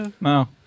No